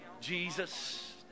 Jesus